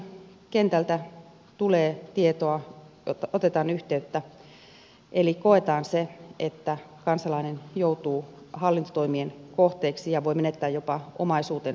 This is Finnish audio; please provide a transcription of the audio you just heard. kansanedustajakaudellani kentältä tulee tietoa otetaan yhteyttä eli koetaan se että kansalainen joutuu hallintotoimien kohteeksi ja voi menettää jopa omaisuutensa